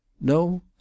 no